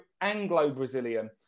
Anglo-Brazilian